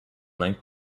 linked